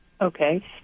Okay